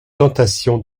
tentation